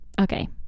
okay